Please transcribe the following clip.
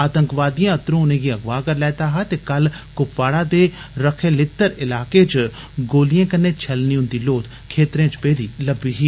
आतंकवादिए अतरु उनेंगी अगवाह करी लैता हा ते कल कुपवाड़ा दे रख ए लित्तर इलाके च गोलिएं कन्ने छलनी उन्दी लोथ खेत्रें च पेदी लब्बी ही